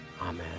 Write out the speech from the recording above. Amen